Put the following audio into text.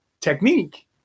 technique